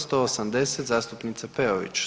180. zastupnica Peović.